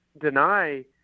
deny